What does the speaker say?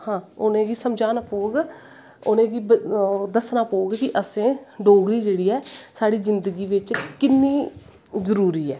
हां उनेंगी समझाना पौह्ग उनेंगी दस्सना पौह्ग कि असें डोगरी जेह्ड़ी ऐ साढ़ी जिन्दगी बिच्च किन्नी जरूरी ऐ